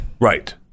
Right